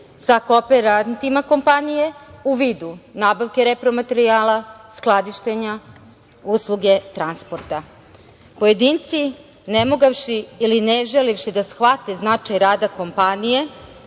sa kooperantima kompanije u vidu nabavke repromaterijala, skladištenja, usluge transporta. Pojedinci ne mogavši ili ne želevši da shvate značaj rada kompanije